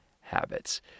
habits